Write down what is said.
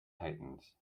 titans